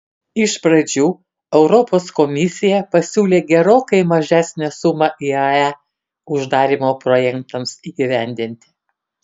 iš pradžių europos komisija pasiūlė gerokai mažesnę sumą iae uždarymo projektams įgyvendinti